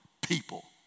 people